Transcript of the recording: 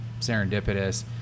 serendipitous